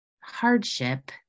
hardship